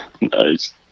nice